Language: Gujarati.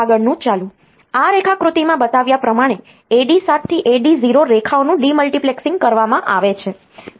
આ રેખાકૃતિમાં બતાવ્યા પ્રમાણે AD 7 થી AD 0 રેખાઓનું ડિમલ્ટિપ્લેક્સીંગ કરવામાં આવે છે